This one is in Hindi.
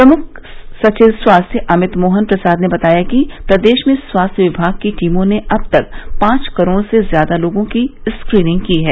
प्रमुख सचिव स्वास्थ्य अमित मोहन प्रसाद ने बताया कि प्रदेश में स्वास्थ्य विभाग की टीमों ने अब तक पांच करोड़ से ज्यादा लोगों की स्क्रीनिंग की है